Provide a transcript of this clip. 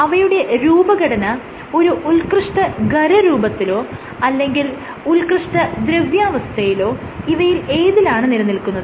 അവയുടെ രൂപഘടന ഒരു ഉത്ക്കൃഷ്ട ഖരരൂപത്തിലോ അല്ലെങ്കിൽ ഉത്ക്കൃഷ്ട ദ്രവ്യാവസ്ഥയിലോ ഇവയിലേതിലാണ് നിലനില്ക്കുന്നത്